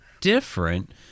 different